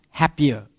happier